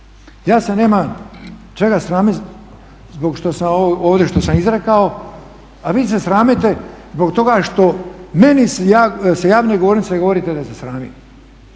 Ja se nemam čega sramim zbog što sam ovdje izrekao, a vi se sramite zbog toga što meni sa javne govornice govorite da se sramim.